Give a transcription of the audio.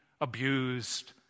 abused